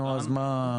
נו אז מה?